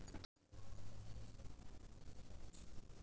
PM Kisan FPO योजनाच्यात शेतकऱ्यांका काय मिळता?